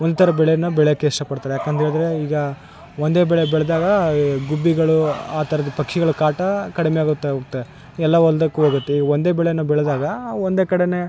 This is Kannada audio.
ಒಂಥರ ಬೆಳೆ ಬೆಳೆಯೋಕೆ ಇಷ್ಟ ಪಡ್ತಾರೆ ಯಾಕಂತೆಳಿದ್ರೆ ಈಗ ಒಂದೇ ಬೆಳೆ ಬೆಳೆದಾಗ ಈ ಗುಬ್ಬಿಗಳು ಆ ಥರದ್ ಪಕ್ಷಿಗಳ ಕಾಟ ಕಡಿಮೆ ಆಗುತ್ತಾ ಹೋಗ್ತೆ ಎಲ್ಲ ಹೊಲಕ್ಕು ಹೋಗುತ್ತೆ ಒಂದೇ ಬೆಳೇ ಬೇಳೆದಾಗ ಒಂದೇ ಕಡೇ